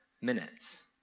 minutes